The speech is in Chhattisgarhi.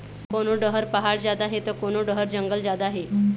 कोनो डहर पहाड़ जादा हे त कोनो डहर जंगल जादा हे